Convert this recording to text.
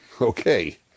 Okay